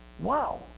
wow